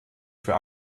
für